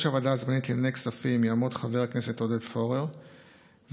הוועדה הזמנית לענייני כספים יעמוד חבר הכנסת עודד פורר ובראש